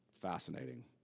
Fascinating